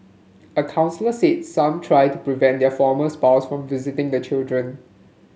a counsellor said some try to prevent their former spouse from visiting the children